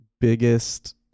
biggest